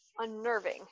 unnerving